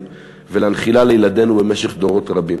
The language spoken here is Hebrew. ולהנחיל זאת לילדינו במשך דורות רבים,